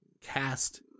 cast